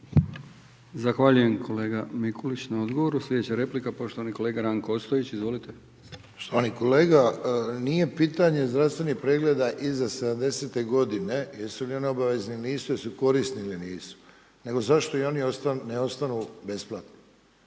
Zahvaljujem kolega Mikulić na odgovoru. Sljedeća replika poštovani kolega Ranko Ostojić. Izvolite. **Ostojić, Ranko (SDP)** Poštovani kolega, nije pitanje zdravstvenih pregleda iza 70-te godine jesu li oni obavezni ili nisu, jesu li korisni ili nisu, nego zašto i oni ne ostanu besplatni.